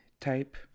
type